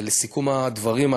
לסיכום הדברים,